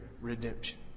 redemption